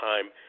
time